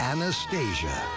Anastasia